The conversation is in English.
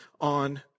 on